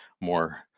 more